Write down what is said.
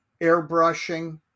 airbrushing